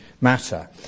matter